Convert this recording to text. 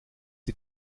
die